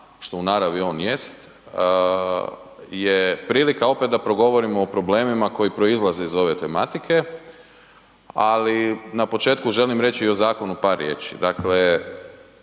što u naravno on jest jer prilika da opet progovorimo o problemima koji proizlaze izu ove tematike ali na početku želim reći i o zakonu par riječi.